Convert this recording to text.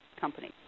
company